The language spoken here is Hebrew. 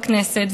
בכנסת.